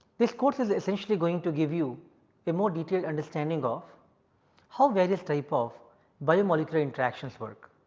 this course is essentially going to give you a more detailed understanding of how various type of bio molecular interactions work.